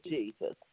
Jesus